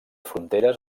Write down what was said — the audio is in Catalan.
fronteres